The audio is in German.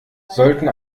sollten